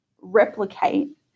replicate